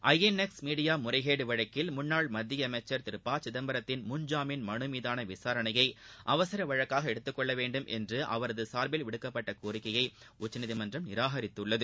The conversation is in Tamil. ஐஎன்எக்ஸ் மீடியா முறைகேடு வழக்கில் முன்னாள் மத்திய அமைச்சர் திரு ப சிதம்பரத்தின் முன்ஜாமீன் மனு மீதான விசாரணையை அவசர வழக்காக எடுத்துக்கொள்ள வேண்டும் என்று அவரது சார்பில் விடுக்கப்பட்ட கோரிக்கையை உச்சநீதிமன்றம் நிராகரித்துள்ளது